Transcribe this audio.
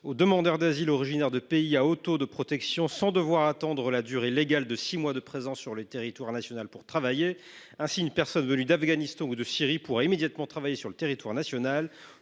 les demandeurs d’asile originaires de pays à haut taux de protection sans qu’ils aient à devoir attendre la durée légale de six mois de présence sur le territoire national pour travailler. Ainsi, une personne venue d’Afghanistan ou de Syrie pourra immédiatement travailler sur le territoire national.